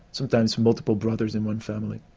sometimes multiple brothers in one family,